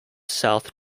south